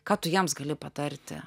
ką tu jiems gali patarti